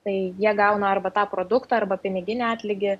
tai jie gauna arba tą produktą arba piniginį atlygį